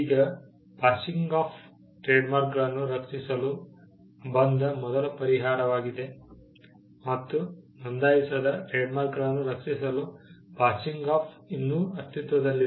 ಈಗ passing off ಟ್ರೇಡ್ಮಾರ್ಕ್ಗಳನ್ನು ರಕ್ಷಿಸಲು ಬಂದ ಮೊದಲ ಪರಿಹಾರವಾಗಿದೆ ಮತ್ತು ನೋಂದಾಯಿಸದ ಟ್ರೇಡ್ಮಾರ್ಕ್ಗಳನ್ನು ರಕ್ಷಿಸಲು ಪಾಸಿಂಗ್ ಆಫ್ ಇನ್ನೂ ಅಸ್ತಿತ್ವದಲ್ಲಿದೆ